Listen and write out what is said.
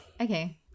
Okay